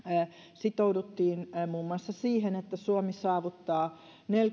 sitouduttiin muun muassa siihen että suomi saavuttaa neljäkymmentä